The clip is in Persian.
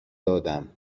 دادم